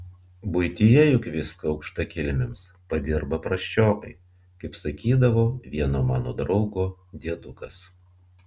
buityje juk viską aukštakilmiams padirba prasčiokai kaip sakydavo vieno mano draugo diedukas